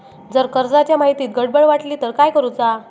जर कर्जाच्या माहितीत गडबड वाटली तर काय करुचा?